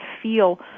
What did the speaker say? feel